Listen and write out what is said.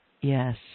yes